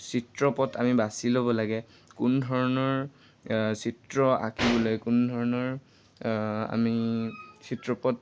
চিত্ৰপথ আমি বাচি ল'ব লাগে কোন ধৰণৰ চিত্ৰ আঁকিবলৈ কোন ধৰণৰ আমি চিত্ৰপথ